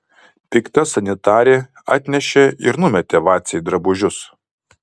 pikta sanitarė atnešė ir numetė vacei drabužius